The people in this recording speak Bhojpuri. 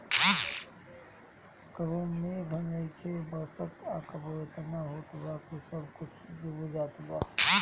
कबो मेघ नइखे बरसत आ कबो एतना होत बा कि सब कुछो डूब जात बा